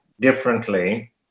differently